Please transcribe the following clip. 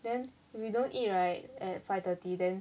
then if we don't eat right at five thirty then